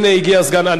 הנה, הוא הגיע הסגן.